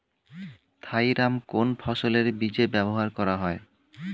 Thiram কোন ফসলের বীজে ব্যবহার করা হয়?